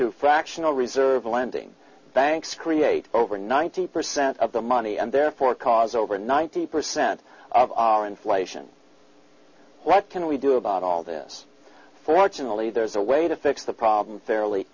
through fractional reserve lending banks create over ninety percent of the money and therefore cause over ninety percent of our inflation what can we do about all this fortunately there's a way to fix the problem fairly